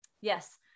Yes